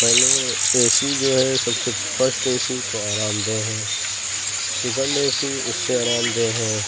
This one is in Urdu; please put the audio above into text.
پہلے اے سی جو ہے سب سے فسٹ اے سی تو آرام دہ ہے سیکنڈ اے سی اس سے آرام دہ ہے